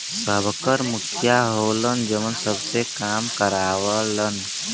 सबकर मुखिया होलन जौन सबसे काम करावलन